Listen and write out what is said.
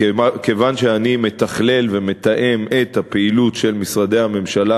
כיוון שאני מתכלל ומתאם את הפעילות של משרדי הממשלה